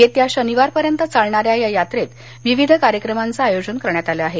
येत्या शनिवारपर्यंत चालणाऱ्या या यात्रेत विविध कार्यक्रमांचं आयोजन करण्यात आलं आहे